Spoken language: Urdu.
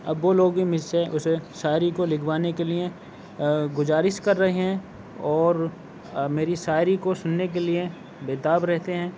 اب وہ لوگ بھی مجھ سے اُسے ساعری کو لکھوانے کے لٮٔے گزارش کر رہے ہیں اور میری شاعری کو سُننے کے لٮٔے بے تاب رہتے ہیں